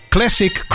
Classic